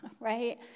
right